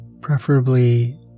Preferably